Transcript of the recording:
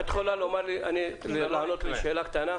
את יכולה לענות לשאלה קטנה?